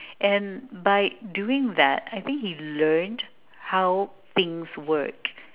and by doing that I think he learnt how things work